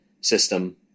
system